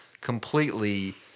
completely